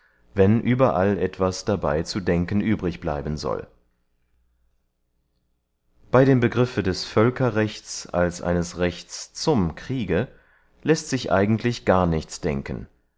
wenn überall etwas dabey zu denken übrig bleiben soll bey dem begriffe des völkerrechts als eines rechts zum kriege läßt sich eigentlich gar nichts denken